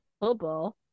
football